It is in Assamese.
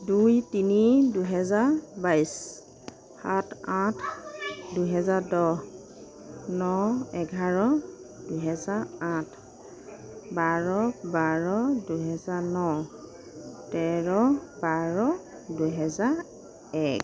দুই তিনি দুহেজাৰ বাইশ সাত আঠ দুহেজাৰ দহ ন এঘাৰ দুহেজাৰ আঠ বাৰ বাৰ দুহেজাৰ ন তেৰ বাৰ দুহেজাৰ এক